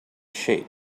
sheep